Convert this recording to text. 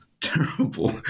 terrible